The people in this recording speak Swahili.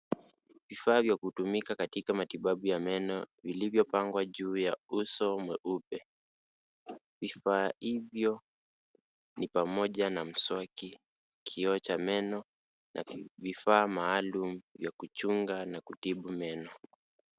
Vifaa vya kutumika katika matibabu ya meno vilivyopangwa juu ya uso mweupe. Vifaa hivyo ni pamoja na mswaki , kioo cha meno na vifaa maalum ya kuchunga na kutibu meno.